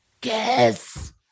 guess